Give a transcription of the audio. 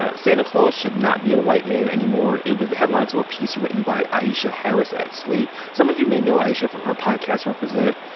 ah santa claus should not be a white man anymore. it was the headline to a piece written by aisha harris at slate. some of you may know aisha from her podcast represent,